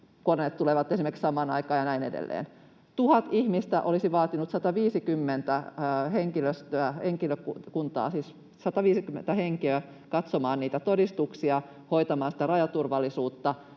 koneet tulevat samaan aikaan ja näin edelleen. Tuhat ihmistä olisi vaatinut 150 henkeä katsomaan niitä todistuksia, hoitamaan rajaturvallisuutta